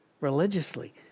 religiously